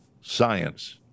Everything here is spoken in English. science